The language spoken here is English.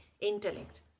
intellect